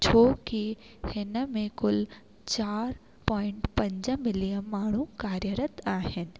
छोकी हिन में कुल चारि पोइंट पंज मिलियन माण्हू कार्यरत आहिनि